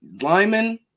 Lyman